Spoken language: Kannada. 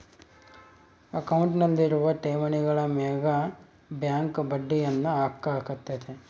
ಅಕೌಂಟ್ನಲ್ಲಿರುವ ಠೇವಣಿಗಳ ಮೇಗ ಬ್ಯಾಂಕ್ ಬಡ್ಡಿಯನ್ನ ಹಾಕ್ಕತೆ